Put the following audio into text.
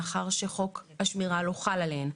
מאחר שחוק השמירה לא חל עליהן.